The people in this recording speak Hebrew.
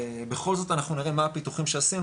בכל זאת אנחנו נראה מה הפיתוחים שעשינו